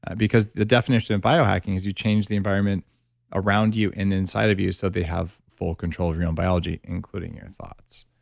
because the definition of biohacking is you change the environment around you and inside of you so they have full control of your own biology, including your thoughts.